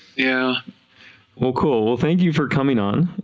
yeah well cool, thank you for coming on,